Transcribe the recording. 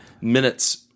minutes